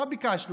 מה ביקשנו?